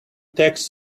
text